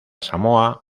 samoa